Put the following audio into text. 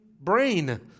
brain